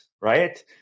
right